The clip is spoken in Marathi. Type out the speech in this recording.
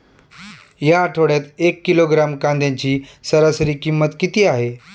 या आठवड्यात एक किलोग्रॅम कांद्याची सरासरी किंमत किती आहे?